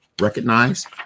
recognize